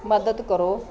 ਮਦਦ ਕਰੋ